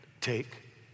Take